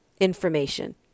information